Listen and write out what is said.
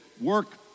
Work